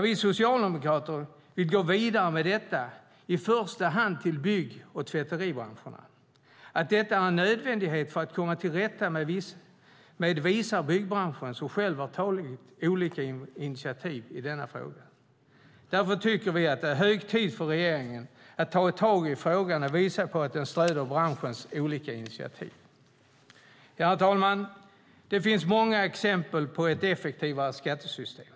Vi socialdemokrater vill gå vidare med detta i första hand till bygg och tvätteribranscherna. Att det är en nödvändighet för att komma till rätta med problemen visar byggbranschen som själv har tagit olika initiativ. Därför tycker vi att det är hög tid för regeringen att ta tag i frågan och visa att den stöder branschens olika initiativ. Herr talman! Det finns många exempel på ett effektivare skattesystem.